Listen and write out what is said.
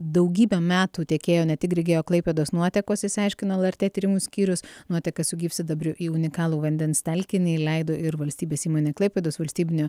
daugybę metų tekėjo ne tik grigeo klaipėdos nuotekos išsiaiškino lrt tyrimų skyrius nuotekas su gyvsidabriu į unikalų vandens telkinį leido ir valstybės įmonė klaipėdos valstybinio